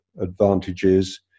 advantages